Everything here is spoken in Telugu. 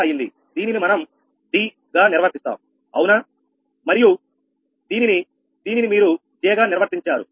దీనిని మనం D గా నిర్వర్తిస్తాం అవునా మరియు దీనిని దీనిని మీరు J గా నిర్వర్తించారు